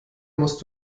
musst